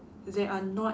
that are not